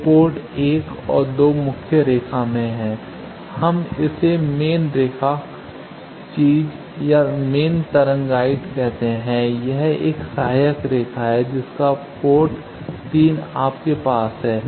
तो पोर्ट 1 और 2 मुख्य रेखा में है हम इसे मेन रेखा चीज या मेन तरंग गाइड कहते हैं यह एक सहायक रेखा है जिसका पोर्ट 3 आपके पास है